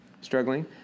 struggling